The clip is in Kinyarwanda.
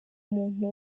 umuntu